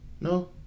no